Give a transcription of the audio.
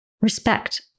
Respect